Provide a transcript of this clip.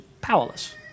powerless